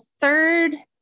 third